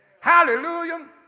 Hallelujah